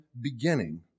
beginning